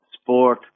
Sport